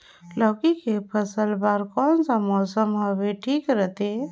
लौकी के फसल बार कोन सा मौसम हवे ठीक रथे?